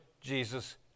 Jesus